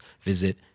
visit